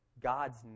God's